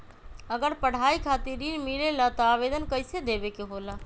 अगर पढ़ाई खातीर ऋण मिले ला त आवेदन कईसे देवे के होला?